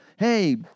Hey